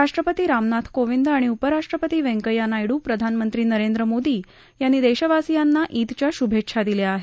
राष्ट्रपती रामनाथ कोविंद आणि उपराष्ट्रपती व्यंकष्या नायडू प्रधानमंत्री नरेंद्र मोदी यांनी देशवासियांना ईदच्या शुभेच्छा दिल्या आहेत